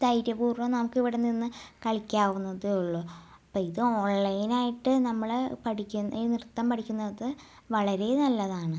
ധൈര്യപൂർവ്വം നമുക്കിവിടെ നിന്ന് കളിക്കാവുന്നതേ ഉള്ളു അപ്പം ഇത് ഓൺലൈനായിട്ട് നമ്മൾ പഠിക്കുന്ന നൃത്തം നൃത്തം പഠിക്കുന്നത് വളരെ നല്ലതാണ്